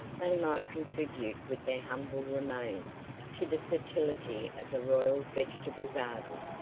they might contribute with their humble remains to the fertility of the royal vegetable garden.